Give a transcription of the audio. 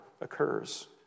occurs